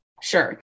sure